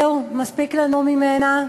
זהו, מספיק לנו ממנה.